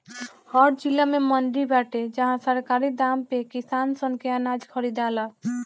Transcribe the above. हर जिला में मंडी बाटे जहां सरकारी दाम पे किसान सन के अनाज खरीदाला